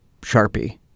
sharpie